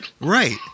Right